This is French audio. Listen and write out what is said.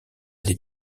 des